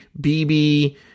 BB